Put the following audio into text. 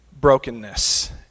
brokenness